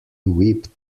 whipped